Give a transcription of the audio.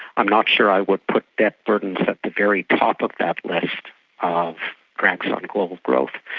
i'm not sure i would put debt burdens at the very top of that list of drags on global growth,